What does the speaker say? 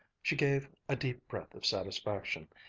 she gave a deep breath of satisfaction,